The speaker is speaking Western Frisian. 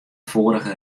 foarige